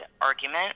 argument